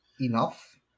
enough